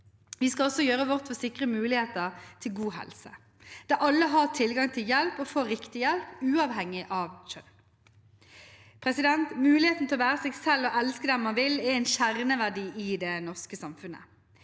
Vi skal også gjøre vårt for å sikre muligheter til god helse, at alle har tilgang til hjelp og får riktig hjelp, uavhengig av kjønn. Muligheten til å være seg selv og elske den man vil er en kjerneverdi i det norske samfunnet.